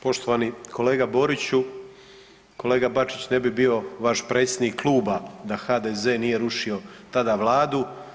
Poštovani kolega Boriću, kolega Bačić ne bih bio vaš predsjednik kluba da HDZ nije rušio tada Vladu.